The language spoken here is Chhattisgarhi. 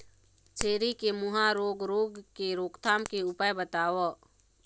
छेरी के मुहा रोग रोग के रोकथाम के उपाय बताव?